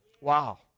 wow